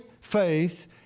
faith